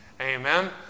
Amen